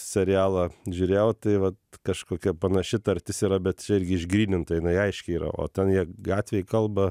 serialą žiūrėjau tai vat kažkokia panaši tartis yra bet čia irgi išgryninta jinai aiški yra o ten jie gatvėj kalba